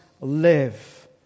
live